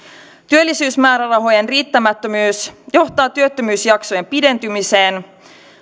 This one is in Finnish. työllisyysmäärärahojen riittämättömyys johtaa työttömyysjaksojen pidentymiseen